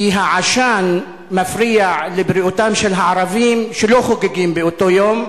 כי העשן מפריע לבריאותם של הערבים שלא חוגגים באותו היום.